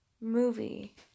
Movie